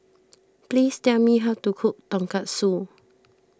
please tell me how to cook Tonkatsu